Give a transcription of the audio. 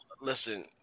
Listen